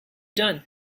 done